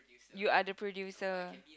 you are the producer